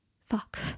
Fuck